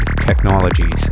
Technologies